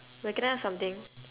wait can I ask something